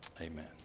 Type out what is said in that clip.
Amen